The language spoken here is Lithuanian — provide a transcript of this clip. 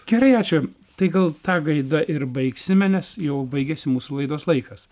gerai ačiū tai gal ta gaida ir baigsime nes jau baigiasi mūsų laidos laikas